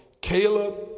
Caleb